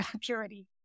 purity